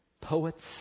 poets